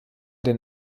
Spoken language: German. den